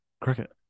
Cricket